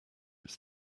its